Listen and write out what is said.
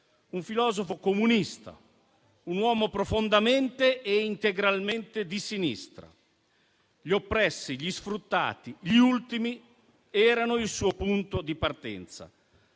un filosofo comunista, un uomo profondamente e integralmente di sinistra. Gli oppressi, gli sfruttati, gli ultimi erano il suo punto di partenza,